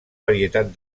varietat